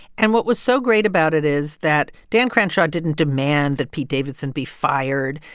and what was so great about it is that dan crenshaw didn't demand that pete davidson be fired.